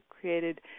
created